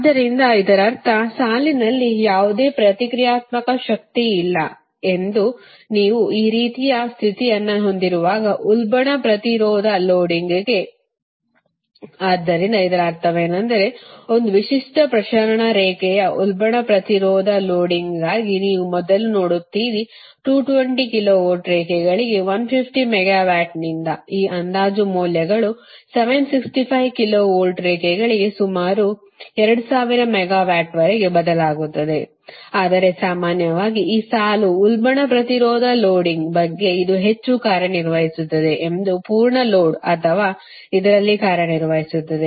ಆದ್ದರಿಂದ ಇದರರ್ಥ ಸಾಲಿನಲ್ಲಿ ಯಾವುದೇ ಪ್ರತಿಕ್ರಿಯಾತ್ಮಕ ಶಕ್ತಿಯಿಲ್ಲಎಂದು ನೀವು ಈ ರೀತಿಯ ಸ್ಥಿತಿಯನ್ನು ಹೊಂದಿರುವಾಗ ಉಲ್ಬಣ ಪ್ರತಿರೋಧ ಲೋಡಿಂಗ್ಗೆ ಆದ್ದರಿಂದ ಇದರ ಅರ್ಥವೇನೆಂದರೆ ಒಂದು ವಿಶಿಷ್ಟ ಪ್ರಸರಣ ರೇಖೆಯ ಉಲ್ಬಣ ಪ್ರತಿರೋಧ ಲೋಡಿಂಗ್ಗಾಗಿ ನೀವು ಮೊದಲು ನೋಡುತ್ತೀರಿ 220 k v ರೇಖೆಗಳಿಗೆ 150 ಮೆಗಾವ್ಯಾಟ್ನಿಂದ ಈ ಅಂದಾಜು ಮೌಲ್ಯಗಳು 765 ಕಿಲೋ ವೋಲ್ಟ್ ರೇಖೆಗಳಿಗೆ ಸುಮಾರು 2000 ಮೆಗಾವ್ಯಾಟ್ವರೆಗೆ ಬದಲಾಗುತ್ತದೆ ಆದರೆ ಸಾಮಾನ್ಯವಾಗಿ ಈ ಸಾಲು ಉಲ್ಬಣ ಪ್ರತಿರೋಧ ಲೋಡಿಂಗ್ ಬಗ್ಗೆ ಇದು ಹೆಚ್ಚು ಕಾರ್ಯನಿರ್ವಹಿಸುತ್ತದೆ ಎಂದು ಪೂರ್ಣ ಲೋಡ್ ಅಥವಾ ಇದರಲ್ಲಿ ಕಾರ್ಯನಿರ್ವಹಿಸುತ್ತದೆ